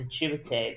intuitive